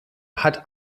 hat